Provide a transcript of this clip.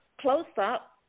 close-up